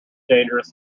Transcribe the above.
dangerous